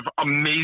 amazing